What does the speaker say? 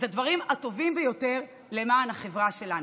את הדברים הטובים ביותר למען החברה שלנו.